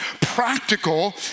practical